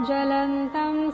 Jalantam